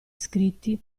scritti